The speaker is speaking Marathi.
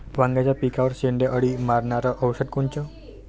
वांग्याच्या पिकावरचं शेंडे अळी मारनारं औषध कोनचं?